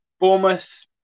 Bournemouth